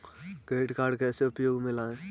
Credit card कैसे उपयोग में लाएँ?